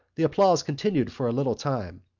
the applause continued for a little time.